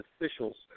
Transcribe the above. officials